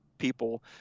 People